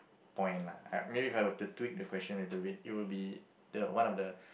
point lah maybe if I were to tweak the question a little bit it would be the one of the